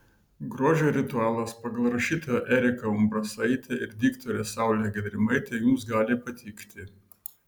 grožio ritualas pagal rašytoją eriką umbrasaitę ir diktorę saulę gedrimaitę jums gali patikti